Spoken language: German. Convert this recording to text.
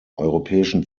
europäischen